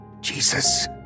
Jesus